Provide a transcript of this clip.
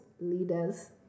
leaders